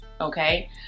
Okay